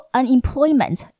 unemployment